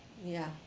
ya